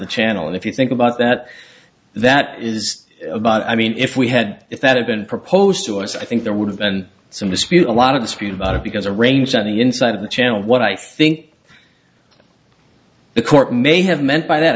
the channel and if you think about that that is about i mean if we had if that had been proposed to us i think there would have been some dispute a lot of dispute about it because a range on the inside of the channel what i think the court may have meant by that